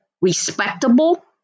respectable